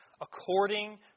according